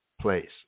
place